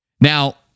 Now